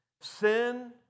sin